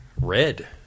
Red